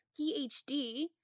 PhD